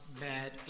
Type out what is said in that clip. bad